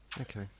Okay